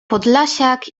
podlasiak